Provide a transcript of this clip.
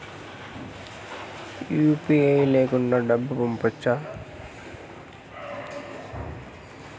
UPI లేకుండా డబ్బు పంపొచ్చా